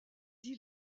dit